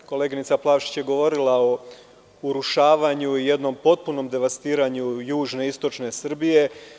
Koleginica Plavšić je govorila o urušavanju i potpunom devastiranju južne i istočne Srbije.